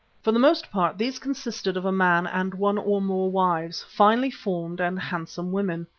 for the most part these consisted of a man and one or more wives, finely formed and handsome women.